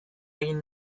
egin